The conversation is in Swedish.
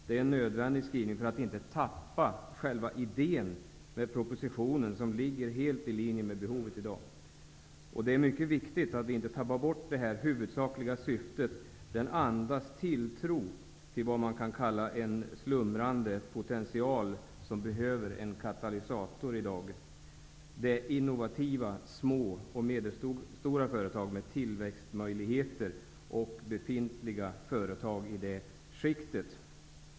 Det är en nödvändig skrivning -- detta för att inte själva idén med propositionen skall gå förlorad. Det som sägs ligger helt i linje med de behov som finns i dag. Det är mycket viktigt att detta huvudsakliga syfte inte tappas bort. Skrivningen andas en tilltro till vad som kan kallas en slumrande potential som i dag behöver en katalysator. Det gäller innovativa, små och medelstora företag med tillväxtmöjligheter samt befintliga företag i det skiktet.